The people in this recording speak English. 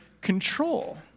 control